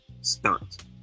stunt